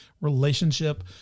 relationship